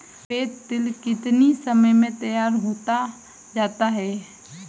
सफेद तिल कितनी समय में तैयार होता जाता है?